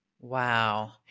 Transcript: Wow